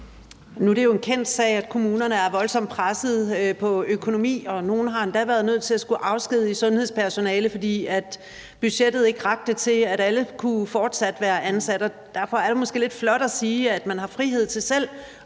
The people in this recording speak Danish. er det jo en kendt sag, at kommunerne er voldsomt presset på økonomien, og nogle har endda været nødt til at afskedige sundhedspersonale, fordi budgettet ikke rakte til, at alle fortsat kunne være ansat. Derfor er det måske lidt flot at sige, at man har frihed til selv